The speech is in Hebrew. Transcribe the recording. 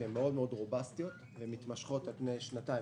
שהן מאוד מאוד בומבסטיות ומתמשכות על פני שנתיים,